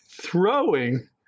throwing